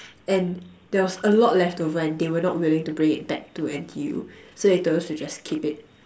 and there was a lot left over and they were not willing to bring it back to N_T_U so they told us to just keep it